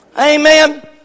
Amen